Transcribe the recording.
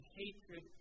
hatred